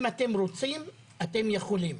אם אתם רוצים, אתם יכולים.